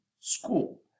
school